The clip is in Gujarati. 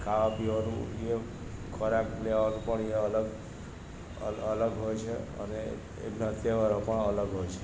ખાવા પીવાનું એ ખોરાક લેવાનું પણ એ અલગ અલગ હોય છે અને એમના તહેવારો પણ અલગ હોય છે